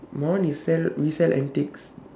my one is sell resell antiques